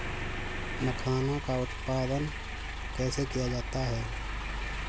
मखाना का उत्पादन कैसे किया जाता है?